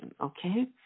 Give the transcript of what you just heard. okay